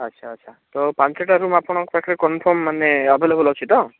ଆଚ୍ଛା ଆଚ୍ଛା ତ ପାଞ୍ଚଟା ରୁମ୍ ଆପଣଙ୍କ ପାଖରେ କନଫର୍ମ୍ ମାନେ ଆଭେଲେବୁଲ୍ ଅଛି ତ